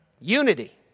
Unity